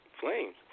flames